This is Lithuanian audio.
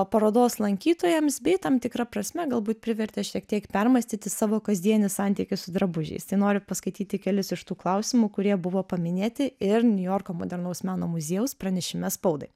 parodos lankytojams bei tam tikra prasme galbūt privertė šiek tiek permąstyti savo kasdienį santykį su drabužiais tai noriu paskaityti kelis iš tų klausimų kurie buvo paminėti ir niujorko modernaus meno muziejaus pranešime spaudai